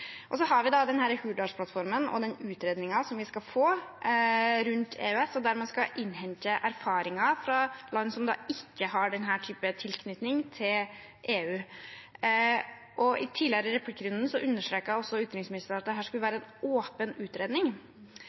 og utenriksministeren presiserte også i sitt innlegg at hun var en sterk tilhenger av EØS-avtalen. Så har vi denne Hurdalsplattformen og den utredningen vi skal få rundt EØS, og der skal man innhente erfaringer fra land som ikke har denne typen tilknytning til EU. Tidligere i replikkrunden understreket utenriksministeren at dette skulle være en åpen utredning.